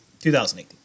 2018